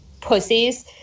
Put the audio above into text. pussies